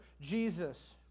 Jesus